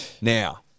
Now